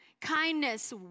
kindness